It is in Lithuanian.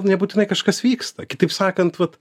nebūtinai kažkas vyksta kitaip sakant vat